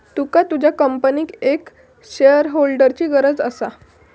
तुका तुझ्या कंपनीक एक शेअरहोल्डरची गरज असा